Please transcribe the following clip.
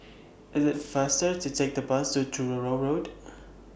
IT IS faster to Take The Bus to Truro Road